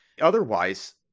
otherwise